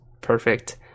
perfect